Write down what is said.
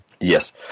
Yes